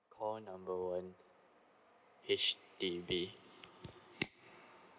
call number one H_D_B